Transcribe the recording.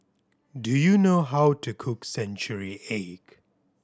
do you know how to cook century egg